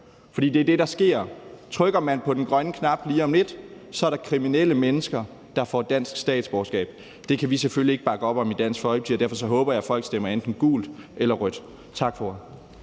For det er det, der sker: Trykker man på den grønne knap lige om lidt, er der kriminelle mennesker, der får dansk statsborgerskab. Det kan vi selvfølgelig ikke bakke op om i Dansk Folkeparti, og derfor håber jeg, at folk stemmer enten gult eller rødt. Tak for